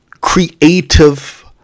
creative